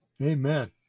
Amen